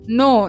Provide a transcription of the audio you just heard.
no